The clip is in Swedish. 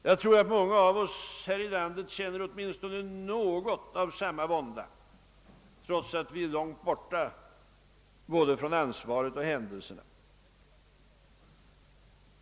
Jag tror att många här i landet känner åtminstone något av samma vånda, trots att vi är långt borta från både ansvaret och händelserna.